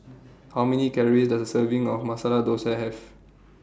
How Many Calories Does A Serving of Masala Thosai Have